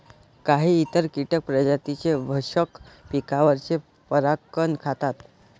काही इतर कीटक प्रजातींचे भक्षक पिकांवरचे परागकण खातात